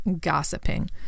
gossiping